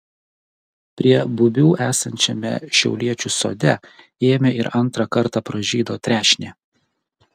prie bubių esančiame šiauliečių sode ėmė ir antrą kartą pražydo trešnė